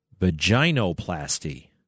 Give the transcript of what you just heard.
vaginoplasty